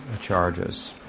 charges